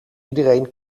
iedereen